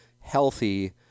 healthy